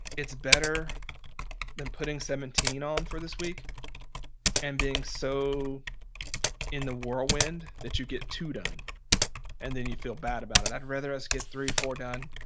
it's better than putting seventeen on for this week and being so in the whirlwind that you get two done and then you feel bad about it. i'd rather us get three, four done,